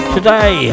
Today